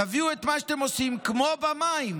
תביאו את מה שאתם עושים כמו במים.